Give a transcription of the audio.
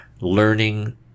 learning